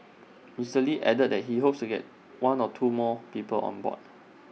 Mister lee added that he hopes to get one or two more people on board